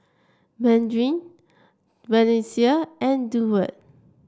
Marin Valencia and Durward